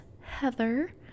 Heather